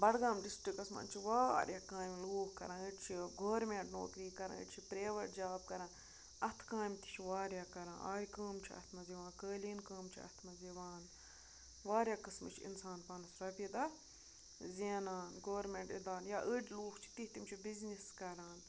بَڈگام ڈِسٹِرٛکَس منٛز چھِ واریاہ کامہِ لوٗکھ کَران أڑۍ چھِ گورمٮ۪نٹ نوکری کَران أڑۍ چھِ پرٛیویٹ جاب کَران اَتھٕ کامہِ تہِ چھِ واریاہ کَران آرِ کٲم چھِ اَتھ منٛز یِوان قٲلیٖن کٲم چھِ اَتھ منٛز یِوان واریاہ قٕسمہٕ چھِ اِنسان پانَس رۄپیہِ دَہ زینان گورمٮ۪نٛٹ اِدارٕ یا أڑۍ لوٗکھ چھِ تِتھۍ تِم چھِ بِزنِس کَران